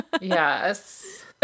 Yes